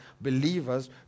believers